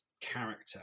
character